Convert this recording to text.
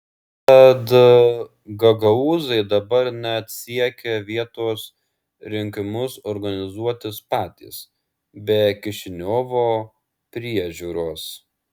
tad gagaūzai dabar net siekia vietos rinkimus organizuotis patys be kišiniovo priežiūros